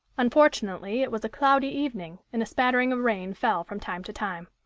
unfortunately, it was a cloudy evening, and a spattering of rain fell from time to time.